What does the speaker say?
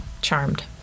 charmed